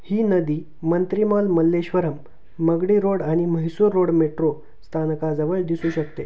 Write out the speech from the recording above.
ही नदी Mantri mall Malleshwaram Magadi road आणि Mysore road metro स्थानकाजवळ दिसू शकते